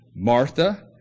Martha